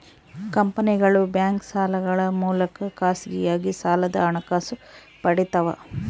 ಕಂಪನಿಗಳು ಬ್ಯಾಂಕ್ ಸಾಲಗಳ ಮೂಲಕ ಖಾಸಗಿಯಾಗಿ ಸಾಲದ ಹಣಕಾಸು ಪಡಿತವ